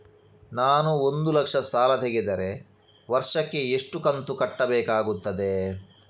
ನಾನು ಒಂದು ಲಕ್ಷ ಸಾಲ ತೆಗೆದರೆ ವರ್ಷಕ್ಕೆ ಎಷ್ಟು ಕಂತು ಕಟ್ಟಬೇಕಾಗುತ್ತದೆ?